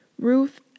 Ruth